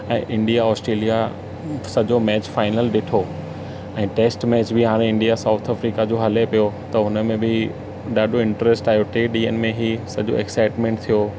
ऐं India Australia सॼो match final ॾिठो ऐं टेस्ट मैच बि हाणे इंडिया साउथ अफ्रिका जो हले पियो त हुनमें बि ॾाढो इंट्र्स्ट आहियो टे ॾींहंनि में ई सॼो एक्साइट्मेंट थियो